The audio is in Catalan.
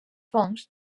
fongs